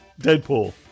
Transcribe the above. Deadpool